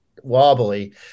wobbly